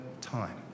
time